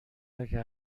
اگه